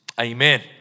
amen